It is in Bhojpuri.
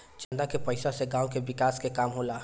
चंदा के पईसा से गांव के विकास के काम होला